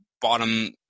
bottom